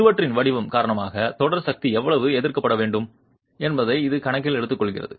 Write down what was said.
சுவரின் வடிவம் காரணமாக தொடர்பு சக்தி எவ்வளவு எதிர்பார்க்கப்பட வேண்டும் என்பதை இது கணக்கில் எடுத்துக்கொள்கிறது